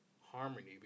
harmony